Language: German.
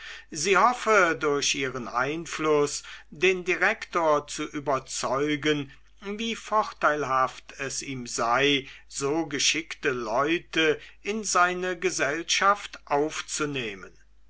sie hoffe durch ihren einfluß den direktor zu überzeugen wie vorteilhaft es ihm sei so geschickte leute in seine gesellschaft aufzunehmen